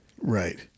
right